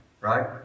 right